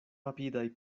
rapidaj